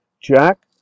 Jack